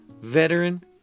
veteran